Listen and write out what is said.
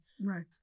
Right